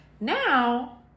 Now